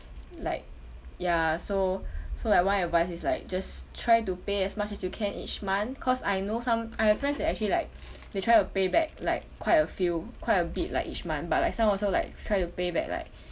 like ya so so like one advice is like just try to pay as much as you can each month cause I know some I have friends that actually like they try to pay back like quite a few quite a bit like each month but like some also like try to pay back like